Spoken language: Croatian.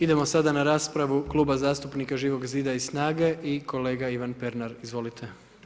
Idemo sada na raspravu Kluba zastupnika Živog zida i SNAGA-e i kolega Ivan Pernar, izvolite.